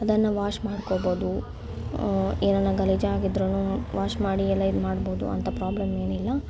ಅದನ್ನು ವಾಶ್ ಮಾಡ್ಕೊಬೋದು ಏನನ ಗಲೀಜಾಗಿದ್ರೂ ವಾಶ್ ಮಾಡಿ ಎಲ್ಲ ಇದ್ಮಾಡಬೋದು ಅಂತ ಪ್ರಾಬ್ಲಮ್ ಏನಿಲ್ಲ